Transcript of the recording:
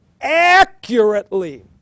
accurately